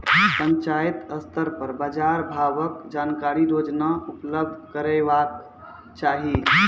पंचायत स्तर पर बाजार भावक जानकारी रोजाना उपलब्ध करैवाक चाही?